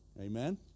Amen